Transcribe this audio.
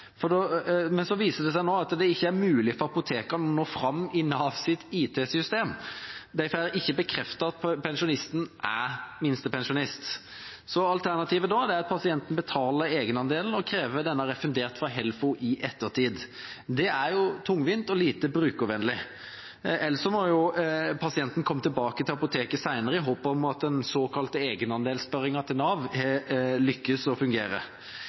men så viser det seg nå at det ikke er mulig for apotekeren å nå fram i Navs IT-system. De får ikke bekreftet at pensjonisten er minstepensjonist. Alternativet er da at pasienten betaler egenandelen og krever denne refundert fra Helfo i ettertid. Det er tungvint og lite brukervennlig. Eller så må pasienten komme tilbake til apoteket senere, i håp om at den såkalte egenandelsspørringen til Nav har